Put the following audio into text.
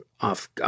off